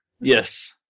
Yes